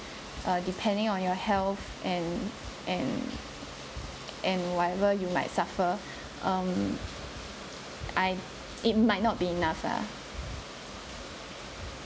err depending on your health and and and whatever you might suffer um I it might not be enough lah